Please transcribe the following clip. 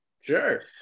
Sure